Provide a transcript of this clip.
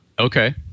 Okay